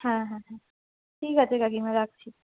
হ্যাঁ হ্যাঁ হ্যাঁ ঠিক আছে কাকিমা রাখছি